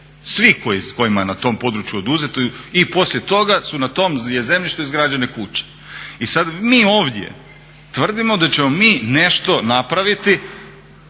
Svi kojima je na tom području oduzeto i poslije toga su na tom zemljištu su izgrađene kuće. I sad mi ovdje tvrdimo da ćemo mi nešto napraviti,